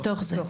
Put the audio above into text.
בתוך זה.